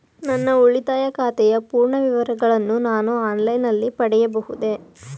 ನನ್ನ ಉಳಿತಾಯ ಖಾತೆಯ ಪೂರ್ಣ ವಿವರಗಳನ್ನು ನಾನು ಆನ್ಲೈನ್ ನಲ್ಲಿ ಪಡೆಯಬಹುದೇ?